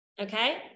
okay